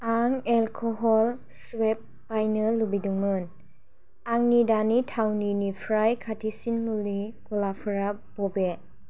आं एलक'ह'ल स्वेब बायनो लुबैदोंमोन आंनि दानि थावनिनिफ्राय खाथिसिन मुलि गलाफोरा बबे